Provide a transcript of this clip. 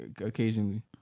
occasionally